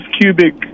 cubic